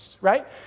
right